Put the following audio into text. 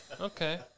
Okay